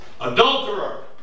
Adulterer